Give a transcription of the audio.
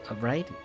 right